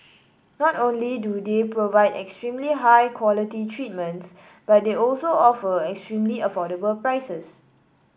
not only do they provide extremely high quality treatments but they also offer extremely affordable prices